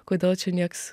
kodėl čia nieks